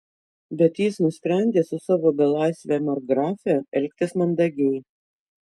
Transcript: bet jis nusprendė su savo belaisve markgrafe elgtis mandagiai